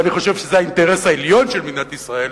ואני חושב שזה האינטרס העליון של מדינת ישראל,